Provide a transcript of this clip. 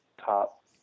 top